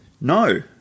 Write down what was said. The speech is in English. No